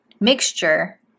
mixture